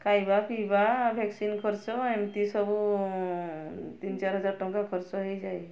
ଖାଇବା ପିଇବା ଭ୍ୟାକ୍ସିନ୍ ଖର୍ଚ୍ଚ ଏମିତି ସବୁ ତିନି ଚାରି ହଜାର ଟଙ୍କା ଖର୍ଚ୍ଚ ହୋଇଯାଏ